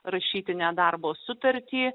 rašytinę darbo sutartį